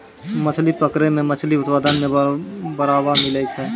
मछली पकड़ै मे मछली उत्पादन मे बड़ावा मिलै छै